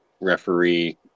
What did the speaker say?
referee